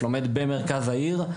אני לומד במרכז העיר,